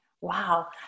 Wow